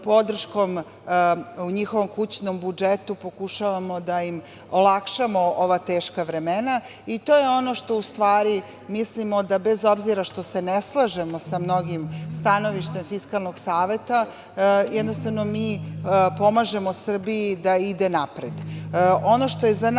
pokušavamo njihovom kućnom budžetu da olakšamo ova teška vremena i to je ono što u stvari mislimo da, bez obzira što se ne slažemo sa mnogim stanovištima Fiskalnog saveta, jednostavno mi pomažemo Srbiji da ide napred. Ono što je za nas od